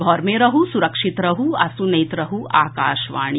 घर मे रहू सुरक्षित रहू आ सुनैत रहू आकाशवाणी